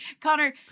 Connor